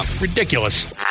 Ridiculous